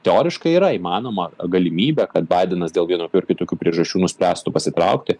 teoriškai yra įmanoma galimybė kad baidenas dėl vienokių ar kitokių priežasčių nuspręstų pasitraukti